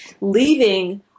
leaving